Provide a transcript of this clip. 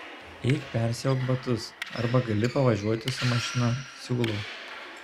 eik persiauk batus arba gali pavažiuoti su mašina siūlau